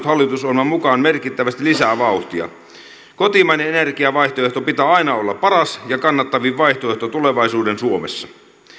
hallitusohjelman mukaan merkittävästi lisää vauhtia kotimaisen energiavaihtoehdon pitää aina olla paras ja kannattavin vaihtoehto tulevaisuuden suomessa